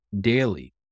daily